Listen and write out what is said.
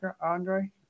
Andre